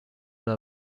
and